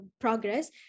progress